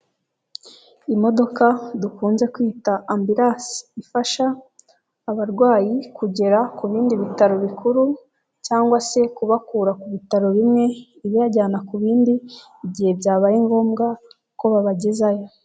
Imodoka dukunze kwita ambilance ifasha abarwayi kugera ku bindi bitaro bikuru, cyangwa se kubakura ku bitaro bimwe ibajyana ku bindi igihe byabaye ngombwa ko babagezayo.